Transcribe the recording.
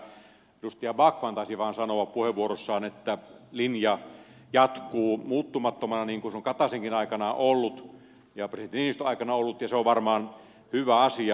edustaja backman vain taisi sanoa puheenvuorossaan että linja jatkuu muuttumattomana niin kuin se on kataisenkin aikana ollut ja presidentti niinistön aikana ollut ja se on varmaan hyvä asia